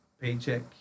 paycheck